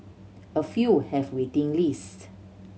a few have waiting lists